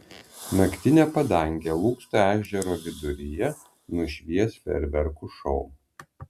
naktinę padangę lūksto ežero viduryje nušvies fejerverkų šou